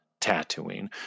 Tatooine